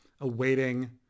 awaiting